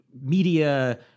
media